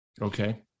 Okay